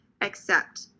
accept